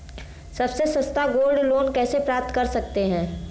सबसे सस्ता gold loan कैसे प्राप्त कर सकते हैं?